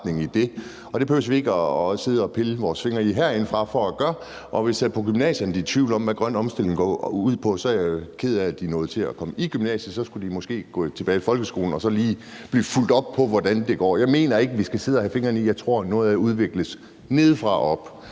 det behøver vi ikke sidde og pille os i fingrene over for at gøre herindefra. Og hvis de på gymnasierne er i tvivl om, hvad en grøn omstilling går ud på, så er jeg jo ked af, at de nåede til at komme i gymnasiet uden at vide det. Så skulle de måske gå tilbage i folkeskolen, og der skulle lige blive fulgt op på, hvordan det går. Jeg mener ikke, at vi skal sidde og have fingrene i det. Jeg tror, at noget af det udvikles nedefra og